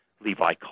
Levi